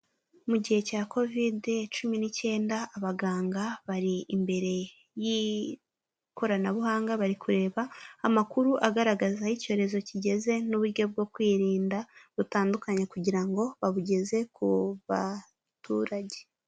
Mu gihe cya covide cumi n'icyenda abaganga bari imbere y'ikoranabuhanga bari kureba amakuru agaragaza aho icyorezo kigeze n'uburyo bwo kwirinda butandukanye kugira ngo babugeze ku baturage.